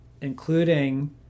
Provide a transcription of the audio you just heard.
including